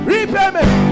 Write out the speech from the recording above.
Repayment